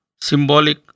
symbolic